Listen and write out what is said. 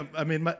i mean, but